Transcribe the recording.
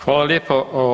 Hvala lijepo.